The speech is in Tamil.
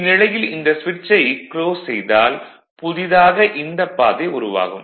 இந்நிலையில் இந்த ஸ்விட்ச்சை க்ளோஸ் செய்தால் புதிதாக இந்தப் பாதை உருவாகும்